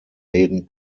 läden